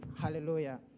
Hallelujah